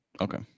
Okay